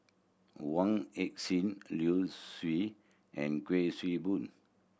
Wong Heck Sing Liu Siu and Kuik Swee Boon